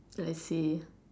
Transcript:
I see